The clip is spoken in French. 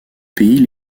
pays